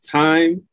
time